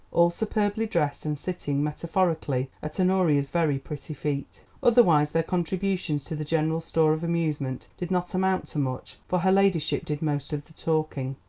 all superbly dressed and sitting metaphorically at honoria's very pretty feet. otherwise their contributions to the general store of amusement did not amount to much, for her ladyship did most of the talking.